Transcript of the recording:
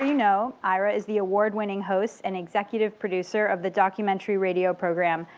you know, ira is the award winning host and executive producer of the documentary radio program,